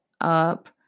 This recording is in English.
up